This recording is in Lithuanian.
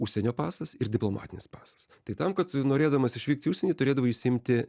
užsienio pasas ir diplomatinis pasas tai tam kad norėdamas išvykt į užsienį turėdavai išsiimti